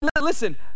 Listen